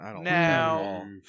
Now